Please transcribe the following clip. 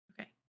Okay